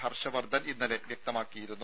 ഹർഷവർധൻ ഇന്നലെ വ്യക്തമാക്കിയിരുന്നു